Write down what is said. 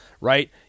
right